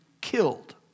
killed